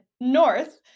north